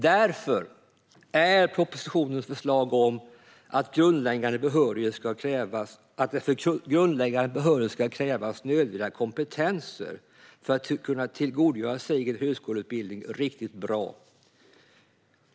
Därför är propositionens förslag om att det för grundläggande behörighet ska krävas nödvändiga kompetenser för att kunna tillgodogöra sig en högskoleutbildning riktigt bra.